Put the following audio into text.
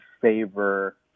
favor